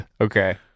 Okay